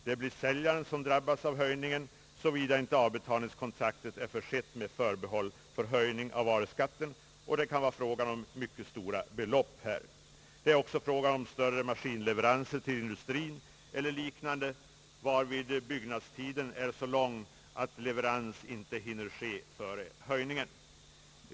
Det blir då säljaren som drabbas av höjningen, såvida inte avbetalningskontraktet är försett med förbehåll för höjning av varuskatten. Det kan här gälla mycket stora belopp. Det kan också vara fråga om större maskinleveranser till industrien eller liknande, varvid byggnadstiden är så lång att leverans inte hinner ske före höjningen.